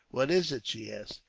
what is it? she asked.